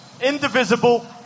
indivisible